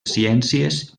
ciències